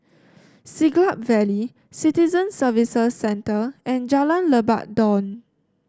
Siglap Valley Citizen Services Centre and Jalan Lebat Daun